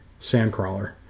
Sandcrawler